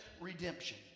redemption